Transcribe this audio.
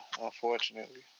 unfortunately